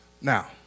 Now